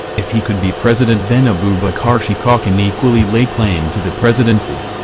if he could be president then abubakar shekau can equally lay claim to the presidency!